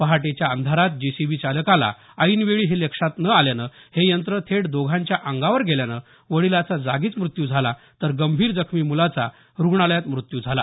पहाटेच्या अंधारात जेसीबी चालकाला ऐनवेळी हे लक्षात न आल्यानं हे यंत्र थेट दोघांच्या अंगावर गेल्यानं वडिलाचा जागीच मृत्यु झाला तर गंभीर जखमी मुलाचा रुग्णालयात मृत्यु झाला